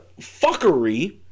fuckery